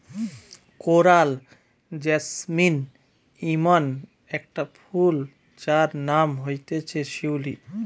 coral jasmine ইমন একটা ফুল যার নাম হতিছে শিউলি